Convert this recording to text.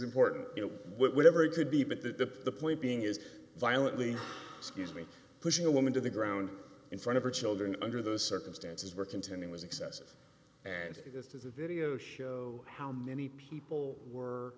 important you know whatever it can be but the point being is violently excuse me pushing a woman to the ground in front of her children under those circumstances were contending was excessive and this is a video show how many people were